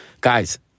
Guys